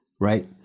right